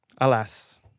alas